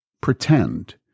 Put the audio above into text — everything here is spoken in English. pretend